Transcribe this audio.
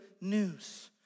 news